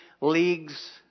leagues